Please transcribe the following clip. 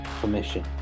permission